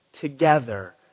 together